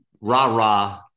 rah-rah